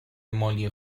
مالی